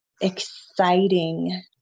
exciting